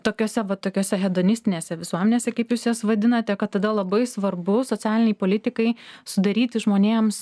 tokiose va tokiose hedonistinėse visuomenėse kaip jūs jas vadinate kad tada labai svarbu socialinei politikai sudaryti žmonėms